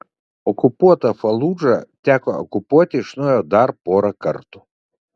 okupuotą faludžą teko okupuoti iš naujo dar porą kartų